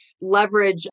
leverage